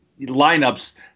lineups